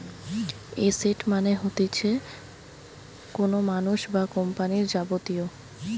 asset মানে হতিছে কোনো মানুষ বা কোম্পানির যাবতীয়